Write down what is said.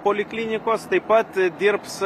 poliklinikos taip pat dirbs